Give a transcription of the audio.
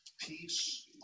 Peace